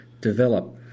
develop